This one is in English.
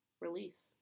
release